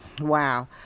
Wow